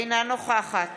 אינה נוכחת